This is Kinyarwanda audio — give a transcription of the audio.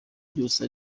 byose